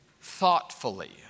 thoughtfully